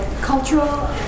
cultural